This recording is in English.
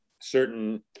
certain